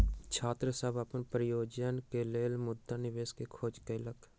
छात्र सभ अपन परियोजना के लेल मुद्रा निवेश के खोज केलक